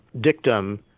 dictum